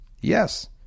yes